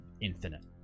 infinite